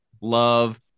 love